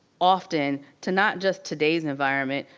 often, to not just today's environment,